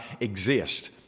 exist